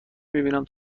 میبینم